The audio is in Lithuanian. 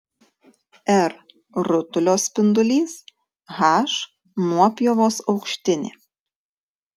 r rutulio spindulys h nuopjovos aukštinė